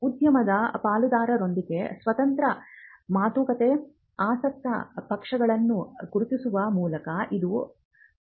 ಉದ್ಯಮದ ಪಾಲುದಾರರೊಂದಿಗೆ ಸ್ವತಂತ್ರ ಮಾತುಕತೆ ಆಸಕ್ತ ಪಕ್ಷಗಳನ್ನು ಗುರುತಿಸುವ ಮೂಲಕ ಇದು ಸಂಭವಿಸಬಹುದು